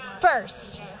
first